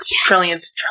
Trillions